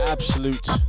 Absolute